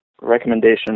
recommendation